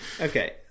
okay